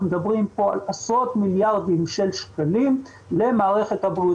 מדברים כאן על עשרות מיליארדי שקלים - למערכת בריאות.